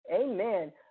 Amen